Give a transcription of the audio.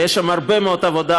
ויש שם הרבה מאוד עבודה,